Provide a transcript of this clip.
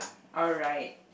alright